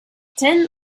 tin